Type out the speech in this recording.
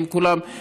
עם כולם,